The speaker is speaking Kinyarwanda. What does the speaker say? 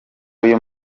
uyu